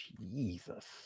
Jesus